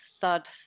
thud